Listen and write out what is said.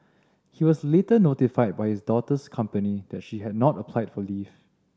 he was later notified by his daughter's company that she had not applied for leave